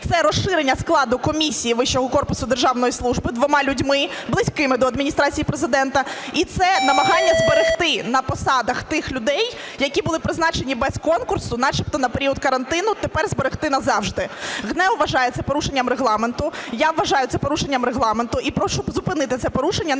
державної служби двома людьми, близькими до Адміністрації Президента, і це намагання зберегти на посадах тих людей, які були призначені без конкурсу начебто на період карантину, тепер зберегти назавжди. ГНЕУ вважає це порушенням Регламенту. Я вважаю це порушенням Регламенту. І прошу зупинити це порушення не